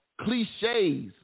cliches